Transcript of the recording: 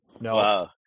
No